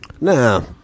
No